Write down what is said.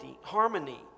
harmony